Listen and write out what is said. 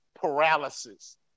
paralysis